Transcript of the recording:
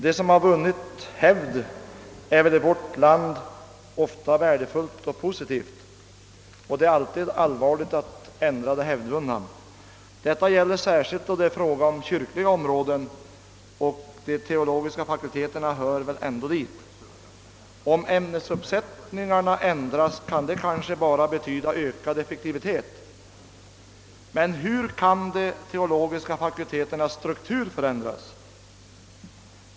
Vad som i vårt land har vunnit hävd är ofta värdefullt och positivt och det är alltid allvarligt att ändra det hävdvunna. Detta gäller särskilt kyrkliga områden, och de teologiska fakulteterna hör väl ändå dit. Om ämnesuppsättningarna ändras kan det kanske bara betyda ökad effektivitet, men hur kan de teologiska fakulteternas struktur förändras?